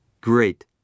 Great